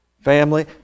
family